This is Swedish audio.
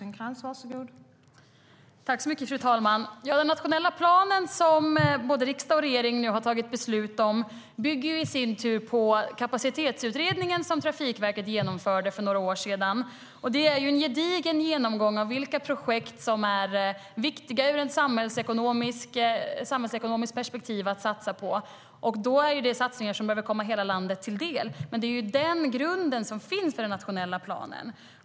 Fru talman! Den nationella plan både riksdag och regering nu har tagit beslut om bygger i sin tur på den kapacitetsutredning Trafikverket genomförde för några år sedan. Det är en gedigen genomgång av vilka projekt som ur ett samhällsekonomiskt perspektiv är viktiga att satsa på. Det gäller satsningar som behöver komma hela landet till del, men det är den grunden som finns för den nationella planen.